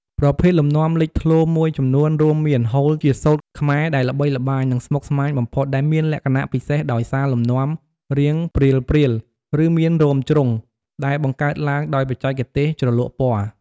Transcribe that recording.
ប្រភេទលំនាំលេចធ្លោមួយចំនួនរួមមានហូលជាសូត្រខ្មែរដែលល្បីល្បាញ និងស្មុគស្មាញបំផុត ដែលមានលក្ខណៈពិសេសដោយសារលំនាំរាងព្រាលៗ ឬមានរោមជ្រុង ដែលបង្កើតឡើងដោយបច្ចេកទេសជ្រលក់ពណ៌។